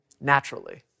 naturally